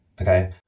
Okay